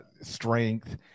strength